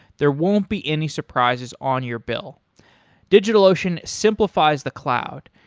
there won't be any surprises on your bill digitalocean simplifies the cloud.